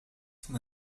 van